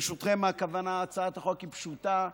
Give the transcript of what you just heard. ברשותכם, הצעת החוק היא פשוטה.